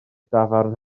dafarn